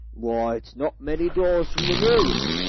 why, it's not many doors from the mews!